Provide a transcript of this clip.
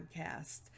podcast